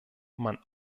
man